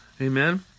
Amen